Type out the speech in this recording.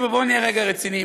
בואו נהיה רגע רציניים.